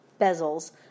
bezels